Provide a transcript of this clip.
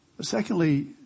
Secondly